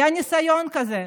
היה ניסיון כזה.